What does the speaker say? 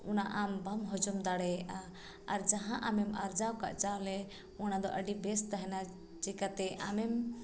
ᱚᱱᱟ ᱟᱢ ᱵᱟᱢ ᱦᱚᱡᱚᱢ ᱫᱟᱲᱮᱭᱟᱜᱼᱟ ᱟᱨ ᱡᱟᱦᱟᱸ ᱟᱢᱮᱢ ᱟᱨᱡᱟᱣ ᱟᱠᱟᱫ ᱪᱟᱣᱞᱮ ᱚᱱᱟᱫᱚ ᱟᱹᱰᱤ ᱵᱮᱥ ᱛᱟᱦᱮᱱᱟ ᱪᱤᱠᱟᱹᱛᱮ ᱟᱢᱮᱢ